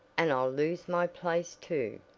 and i'll lose my place too.